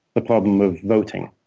the problem of voting.